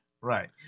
Right